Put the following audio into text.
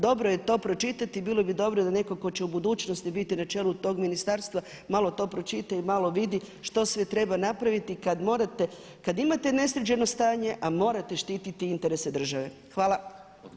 Dobro je to pročitati, i bilo bi dobro da netko ko će u budućnosti biti na čelu tog ministarstva malo to pročita i malo vidi što sve treba napraviti kad imate nesređeno stanje a morate štititi interese države.